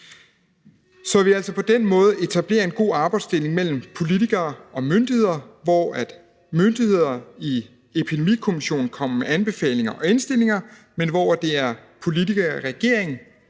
Så på den måde etablerer vi altså en god arbejdsdeling mellem politikere og myndigheder, hvor myndigheder i Epidemikommissionen kommer med anbefalinger og indstillinger, men hvor det er politikere i regering,